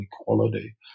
equality